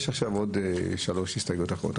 יש עכשיו עוד שלוש הסתייגויות אחרונות.